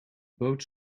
boot